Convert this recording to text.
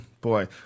Boy